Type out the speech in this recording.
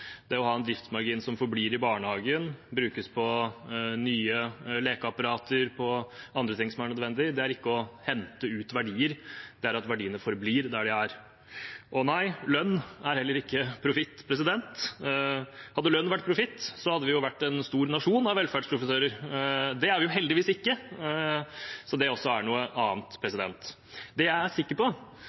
Det å ha en driftsmargin som forblir i barnehagen, brukes på nye lekeapparater og annet som er nødvendig, er ikke å hente ut verdier. Det er at verdiene forblir der de er. Og nei, lønn er heller ikke profitt. Hadde lønn vært profitt, hadde vi vært en stor nasjon av velferdsprofitører. Det er vi heldigvis ikke. Det er også noe annet. Det jeg er sikker på,